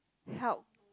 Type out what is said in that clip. help